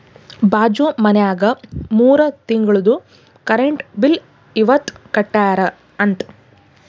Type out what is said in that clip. ಬಾಜು ಮನ್ಯಾಗ ಮೂರ ತಿಂಗುಳ್ದು ಕರೆಂಟ್ ಬಿಲ್ ಇವತ್ ಕಟ್ಯಾರ ಅಂತ್